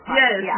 yes